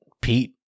Pete